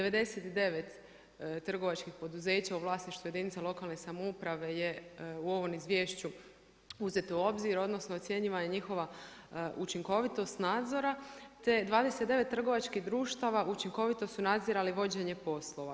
99 trgovačkih poduzeća u vlasništvu jedinica lokalne samouprave je u ovom izvješću uzeto u obzir, odnosno ocjenjivana je njihova učinkovitost nadzora, te 29 trgovačkih društava učinkovito su nadzirali vođenje poslova.